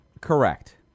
correct